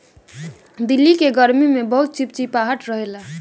दिल्ली के गरमी में बहुते चिपचिपाहट रहेला